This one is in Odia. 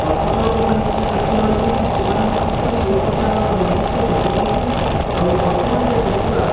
କର୍କଟ ରୋଗପାଇଁ ବିଶେଷଜ୍ଞ ରହିଛନ୍ତି ସେମାନେ ମଧ୍ୟ ସେହିପ୍ରକାର ରୋଗୀଙ୍କୁ ଦେଖୁଛନ୍ତି ଆଉ ବର୍ତ୍ତମାନ ଯଦି ଦେଖିବା